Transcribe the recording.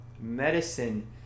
medicine